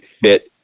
fit